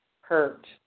Hurt